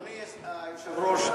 אדוני היושב-ראש,